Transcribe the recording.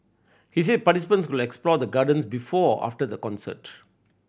he said participants could explore the Gardens before or after the concert